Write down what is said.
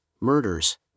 murders